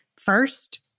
First